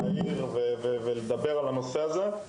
להעיר ולדבר על הנושא הזה.